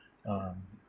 uh